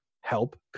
help